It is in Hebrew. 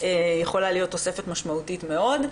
יכולה להיות תוספת משמעותית מאוד.